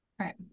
Right